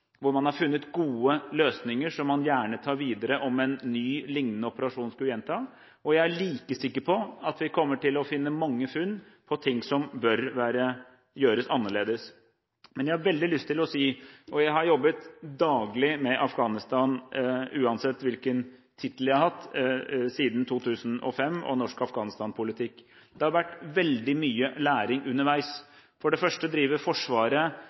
hvor man har funnet gode løsninger, som man gjerne tar videre om en ny, lignende operasjon skulle gjentas. Jeg er like sikker på at vi kommer til å gjøre mange funn på ting som bør gjøres annerledes. Jeg har veldig lyst til å si – og jeg har jobbet daglig med Afghanistan og med norsk Afghanistan-politikk, uansett hvilken tittel jeg har hatt, siden 2005 – at det har vært veldig mye læring underveis. For det første driver Forsvaret